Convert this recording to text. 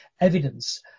evidence